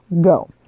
go